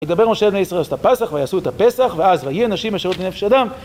ידבר משה על ידי ישראל לעשות את הפסח, ויעשו את הפסח, ואז ויהי אנשים אשר היו טמאים לנפש אדם.